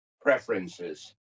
Preferences